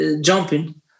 jumping